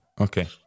Okay